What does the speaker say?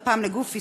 והפעם לגוף עסקי,